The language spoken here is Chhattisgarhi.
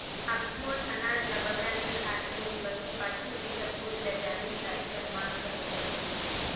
आघु मोट अनाज ल बगरा नी खात रहिन बकि पाछू एकर गुन ल जानिन ता एकर मांग घलो बढ़त गइस